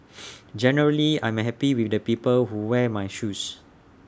generally I'm happy with the people who wear my shoes